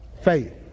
Faith